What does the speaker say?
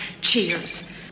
cheers